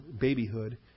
babyhood